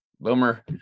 Boomer